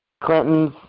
Clintons